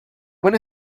when